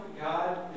God